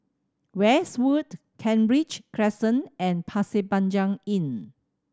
Westwood Kent Ridge Crescent and Pasir Panjang Inn